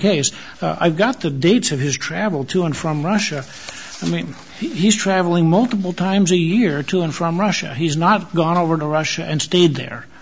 case i got the dates of his travel to and from russia i mean he's traveling multiple times a year to and from russia he's not gone over to russia and stayed there